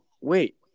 wait